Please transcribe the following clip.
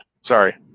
Sorry